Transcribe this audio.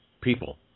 people